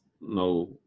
no